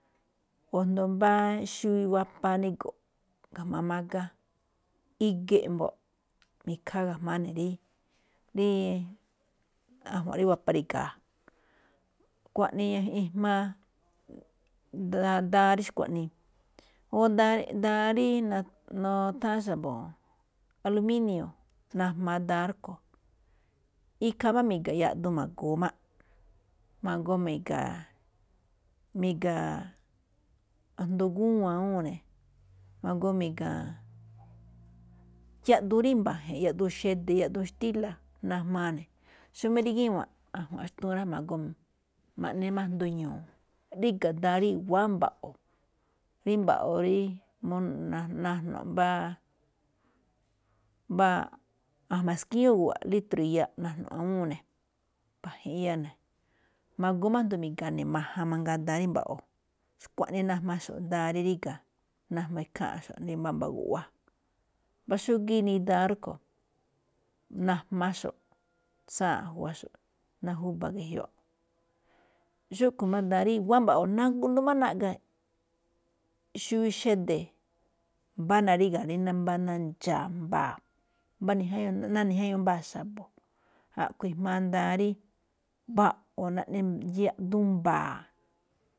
O asndo mbá xuwi wapa nigo̱ꞌ ga̱jma̱á mágá, i̱gi̱ꞌ mbo̱ꞌ mi̱kha̱a̱ ga̱jma̱á ne̱ rí, rí ajua̱nꞌ rí wapa ri̱ga̱a̱. Xkuaꞌnii ijmaa, daan, daan rí xkuaꞌnii, daan ri nutháán xa̱bo̱. al ínio̱, najmaa daan rúꞌkhue̱n. Ikhaa máꞌ mi̱ga̱ yaꞌduun ma̱goo máꞌ, ma̱goo mi̱ga̱, mi̱ga̱ asndo gúwan awúun ne̱, ma̱goo mi̱ga̱, yaꞌduun rí i̱mba̱, yaꞌduun xede̱, yaꞌduun xtíla̱, najmaa ne̱. Xómáꞌ rí gíwa̱nꞌ ajua̱nꞌ xtuun rá ma̱goo máꞌ ma̱ꞌne asndo ñu̱u̱. Ríga̱ daan rí i̱wa̱á mba̱ꞌo̱, rí mba̱ꞌo̱ rí najno̱ꞌ mbá, mbá a̱jma̱ skíñú gu̱wa̱ꞌ rí litro̱ iyaꞌ najno̱ꞌ awúun ne̱. Ma̱goo má̱ asndo mi̱ga̱a̱ majan mangaa daan rí mba̱ꞌo̱. Xkuaꞌnii najmaxo̱ꞌ daan rí ríga̱, najma ikháanꞌxo̱ꞌ rí mbámbá guꞌwá, mbá xúgíí inii daan rúꞌkhue̱n, najmaxo̱ꞌ tsáanꞌ juwaxo̱ꞌ ná júba̱ ge̱jioꞌ. Xúꞌkhue̱n máꞌ daan rí iwa̱á mba̱ꞌo̱ nandoo máꞌ naꞌga̱, xubiuu xede̱, mbá ńa naríga̱ mbá ná ndxa̱a̱ mba̱a̱, asndo ná nijáñuu mbáa xa̱bo̱, a̱ꞌkhue̱n ijmaa daan rí mba̱ꞌo̱ naꞌne yaꞌduun mba̱a̱.